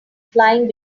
flying